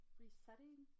resetting